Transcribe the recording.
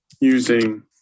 using